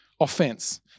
offense